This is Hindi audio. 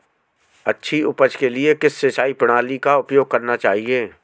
अच्छी उपज के लिए किस सिंचाई प्रणाली का उपयोग करना चाहिए?